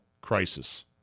crisis